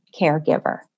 caregiver